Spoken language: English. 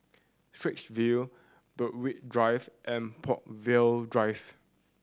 Straits View Berwick Drive and Brookvale Drive